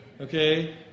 Okay